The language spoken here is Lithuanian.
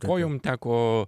kuo jum teko